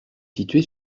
situé